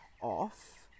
off